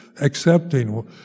accepting